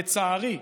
לצערי,